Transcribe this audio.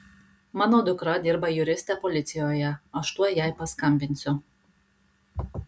mano dukra dirba juriste policijoje aš tuoj jai paskambinsiu